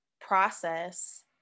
process